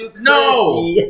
No